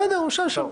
בסדר, הוא ישאל עכשיו.